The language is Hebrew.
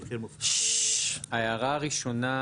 ההערה הראשונה,